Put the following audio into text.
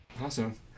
Awesome